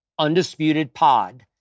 UndisputedPod